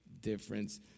difference